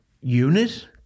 unit